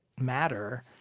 matter